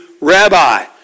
rabbi